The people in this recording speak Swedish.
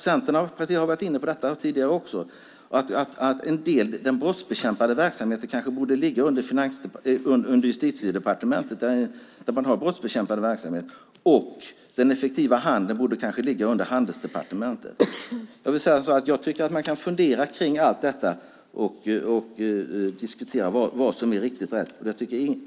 Centerpartiet har tidigare varit inne på detta, alltså att den brottsbekämpande verksamheten kanske borde ligga under Justitiedepartementet, där man har annan brottsbekämpande verksamhet, och den effektiva handeln borde kanske ligga under Handeldepartementet. Jag tycker att man kan fundera på det och diskutera vad som är rätt.